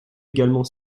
également